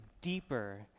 deeper